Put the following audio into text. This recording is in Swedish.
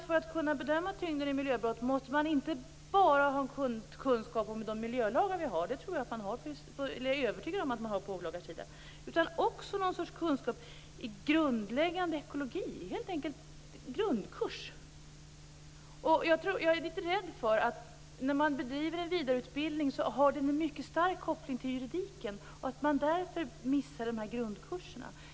För att kunna göra det behöver man, tror jag, inte bara ha kunskap om de miljölagar vi har. Det är jag övertygad om att man har på åklagarsidan. Man behöver också något slags kunskap i grundläggande ekologi, en grundkurs helt enkelt. När man bedriver vidareutbildning är jag litet rädd för att den har en mycket stark koppling till juridiken och att man därför missar grundkurserna.